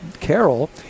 Carol